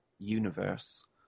universe